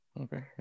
okay